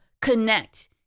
connect